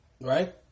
right